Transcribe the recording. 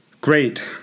Great